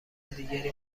دیگری